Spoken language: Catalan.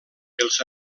els